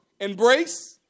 embrace